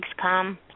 come